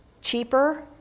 cheaper